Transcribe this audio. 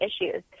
issues